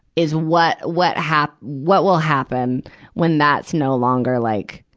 is what what hap, what will happen when that's no longer like,